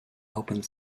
opened